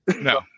no